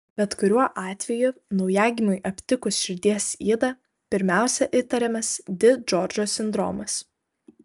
bet kuriuo atveju naujagimiui aptikus širdies ydą pirmiausia įtariamas di džordžo sindromas